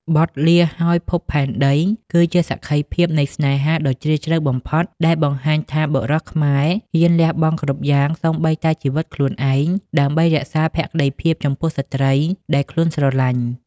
បទ "លាហើយភពផែនដី" គឺជាសក្ខីភាពនៃស្នេហាដ៏ជ្រាលជ្រៅបំផុត ដែលបង្ហាញថាបុរសខ្មែរហ៊ានលះបង់គ្រប់យ៉ាង សូម្បីតែជីវិតខ្លួនឯង ដើម្បីរក្សាភក្តីភាពចំពោះស្រ្តីដែលខ្លួនស្រឡាញ់។